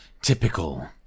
Typical